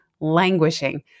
languishing